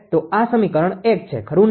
તો આ સમીકરણ 1 છે ખરું ને